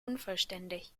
unvollständig